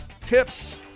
tips